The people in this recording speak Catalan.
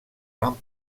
van